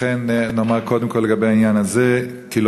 לכן נאמר קודם כול לגבי העניין הזה: "כי